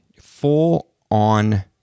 full-on